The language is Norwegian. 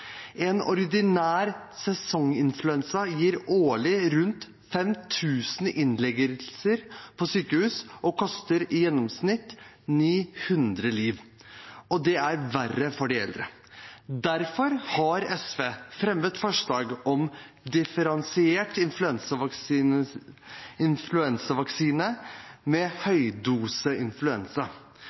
En ordinær sesonginfluensa gir årlig rundt 5 000 innleggelser på sykehus og koster i gjennomsnitt 900 liv – og det er verre for de eldre. Derfor har SV fremmet forslag om et differensiert influensavaksinasjonsprogram med høydose